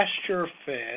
pasture-fed